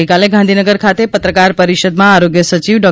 ગઇકાલે ગાંધીનગર ખાતે પત્રકાર પરિષદમાં આરોગ્ય સચિવ ડો